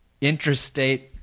interstate